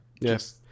Yes